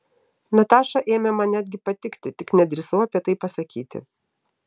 nataša ėmė man netgi patikti tik nedrįsau apie tai pasakyti